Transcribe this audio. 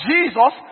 Jesus